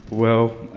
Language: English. well,